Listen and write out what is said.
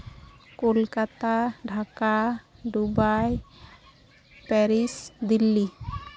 Kolkata Dhaka Dubai Paris Delhi